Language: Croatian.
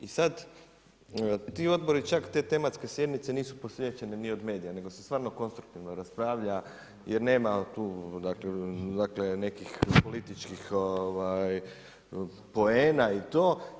I sada ti odbori, čak te tematske sjednice nisu posvećene niti od medija, nego se stvarno konstruktivno raspravlja jer nema tu nekih političkih poena i to.